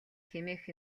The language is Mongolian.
хэмээх